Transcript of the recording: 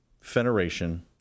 Federation